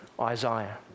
Isaiah